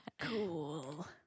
Cool